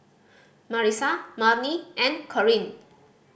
Marisa Marni and Kareen